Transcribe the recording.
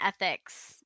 ethics